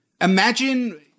Imagine